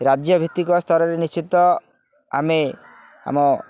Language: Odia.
ରାଜ୍ୟ ଭିତ୍ତିକ ସ୍ତରରେ ନିଶ୍ଚିତ ଆମେ ଆମ